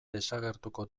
desagertuko